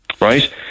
Right